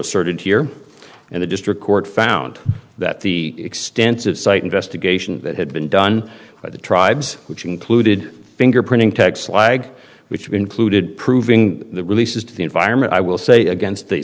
asserted here and the district court found that the extensive site investigation that had been done by the tribes which included fingerprinting tags slagged which concluded proving the releases to the environment i will say against the